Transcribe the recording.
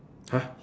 !huh!